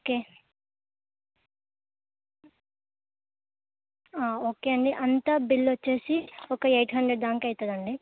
okay okay అండి అంతా bill వచ్చేసి ఒక ఎయిట్ హండ్రెడ్ దాక అవుతుందండి